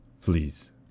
please